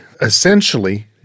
Essentially